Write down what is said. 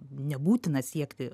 nebūtina siekti